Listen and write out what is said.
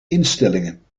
instellingen